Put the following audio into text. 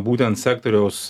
būtent sektoriaus